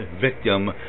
victim